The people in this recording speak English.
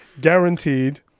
guaranteed